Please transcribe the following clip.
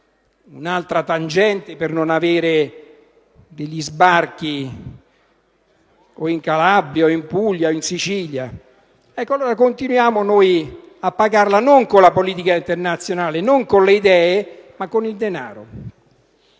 un'altra tangente per non avere degli sbarchi in Calabria, Puglia, o Sicilia. Continuiamo noi a pagarla, non con la politica internazionale, non con le idee, ma con il denaro.